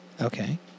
Okay